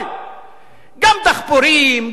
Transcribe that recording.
גם דחפורים, גם טרקטורים,